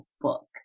book